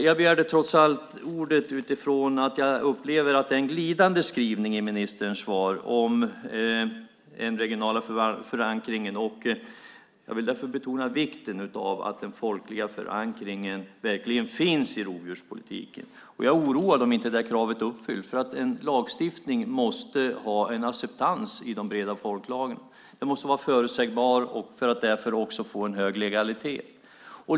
Jag begärde trots allt ordet utifrån att jag upplever att det är en glidande skrivning i ministerns svar om den regionala förankringen. Jag vill därför betona vikten av att den folkliga förankringen verkligen finns i rovdjurspolitiken. Jag blir oroad om det kravet inte uppfylls, därför att en lagstiftning måste ha en acceptans i de breda folklagren. Den måste vara förutsägbar för att få en hög legalitet.